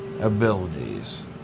abilities